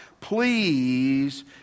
Please